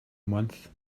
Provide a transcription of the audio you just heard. month